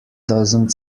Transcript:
doesn’t